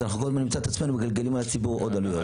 אז כל הזמן נמצא את עצמנו מגלגלים על הציבור עוד עלויות.